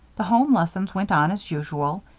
the home lessons went on as usual,